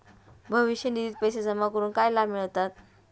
भविष्य निधित पैसे जमा करून काय लाभ मिळतात?